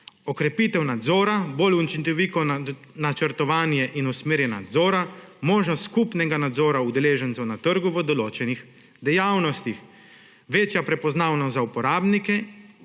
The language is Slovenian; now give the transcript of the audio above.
okrepitev nadzora, bolj učinkovito načrtovanje in usmerjanje nadzora, možnost skupnega nadzora udeležencev na trgu v določenih dejavnostih; večja prepoznavnost za uporabnike